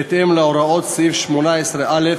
בהתאם להוראות סעיף 18(א)